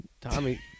Tommy